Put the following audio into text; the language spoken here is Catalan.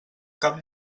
cap